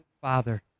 father